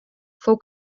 fou